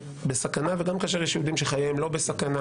בסכנה וגם כאשר יש יהודים שחייהם לא בסכנה,